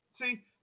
see